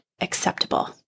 acceptable